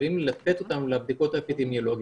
חייבים לתת אותם לבדיקות האפידמיולוגיות.